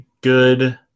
Good